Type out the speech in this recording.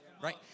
right